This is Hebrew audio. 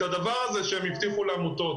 את הדבר הזה שהם הבטיחו לעמותות.